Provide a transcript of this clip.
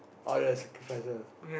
oh the sacrificer